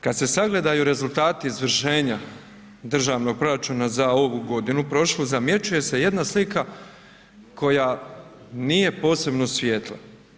Kada se sagledaju rezultati izvršenja državnog proračuna za ovu godinu, prošlu, zamjećuje se jedna slika koja nije posebno svjetla.